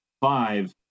five